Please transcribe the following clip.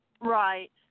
Right